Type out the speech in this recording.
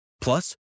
Plus